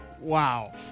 Wow